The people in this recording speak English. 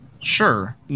Sure